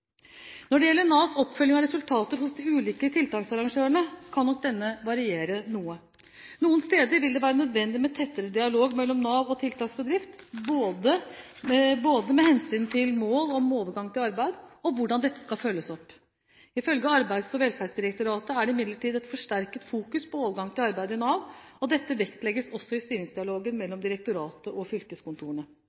Når det gjelder Navs oppfølging av resultater hos de ulike tiltaksarrangørene, kan nok denne variere noe. Noen steder vil det være nødvendig med tettere dialog mellom Nav og tiltaksbedrift, både med hensyn til mål om overgang til arbeid og hvordan dette skal følges opp. Ifølge Arbeids- og velferdsdirektoratet er det imidlertid et forsterket fokus på overgang til arbeid i Nav, og dette vektlegges også i styringsdialogen mellom direktoratet og fylkeskontorene.